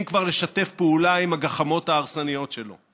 כבר לשתף פעולה עם הגחמות ההרסניות שלו,